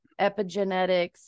epigenetics